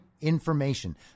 information